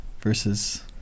versus